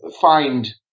find